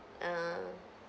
ah